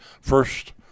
first